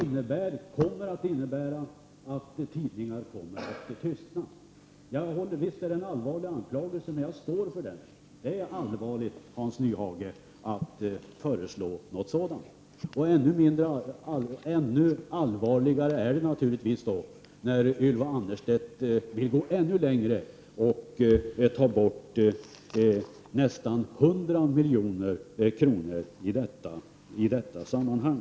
Detta kommer att innebära att tidningar kommer att tystna. Visst är det en allvarlig anklagelse, men jag står för den. Det är allvarligt, Hans Nyhage, att föreslå något sådant. Och ännu allvarligare är det naturligtvis när Ylva Annerstedt vill gå ännu längre och ta bort nästan 100 milj.kr. i detta sammanhang.